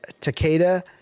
Takeda